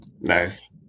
Nice